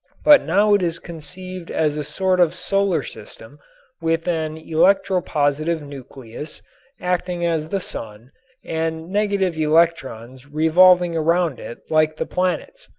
but now it is conceived as a sort of solar system with an electropositive nucleus acting as the sun and negative electrons revolving around it like the planets.